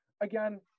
Again